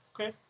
Okay